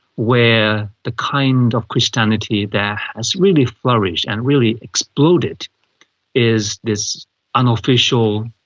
where the kind of christianity that has really flourished and really exploded is this unofficial,